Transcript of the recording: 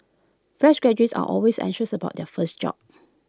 fresh graduates are always anxious about their first job